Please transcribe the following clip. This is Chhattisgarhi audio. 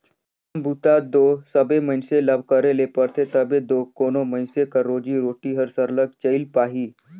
काम बूता दो सबे मइनसे मन ल करे ले परथे तबे दो कोनो मइनसे कर रोजी रोटी हर सरलग चइल पाही